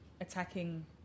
attacking